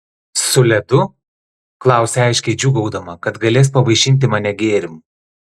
su ledu klausia aiškiai džiūgaudama kad galės pavaišinti mane gėrimu